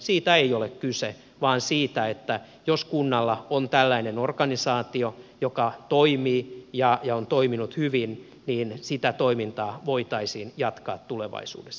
siitä ei ole kyse vaan siitä että jos kunnalla on tällainen organisaatio joka toimii ja on toiminut hyvin niin sitä toimintaa voitaisiin jatkaa tulevaisuudessa